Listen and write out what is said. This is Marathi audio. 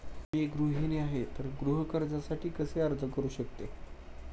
मी गृहिणी आहे तर गृह कर्जासाठी कसे अर्ज करू शकते?